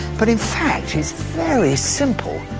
but in fact it's very simple,